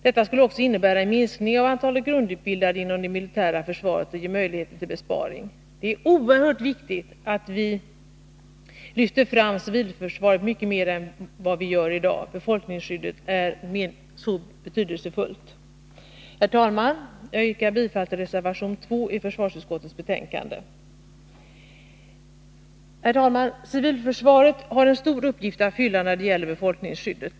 Detta skulle också innebära en minskning av antalet grundutbildade inom det militära försvaret och ge möjligheter till besparing. Det är oerhört viktigt att vi lyfter fram civilförsvaret mycket mer än vad vi gör i dag. Befolkningsskyddet är så betydelsefullt. Herr talman! Jag yrkar bifall till reservation 2 i försvarsutskottets betänkande. Civilförsvaret har en stor uppgift att fylla när det gäller befolkningsskyddet.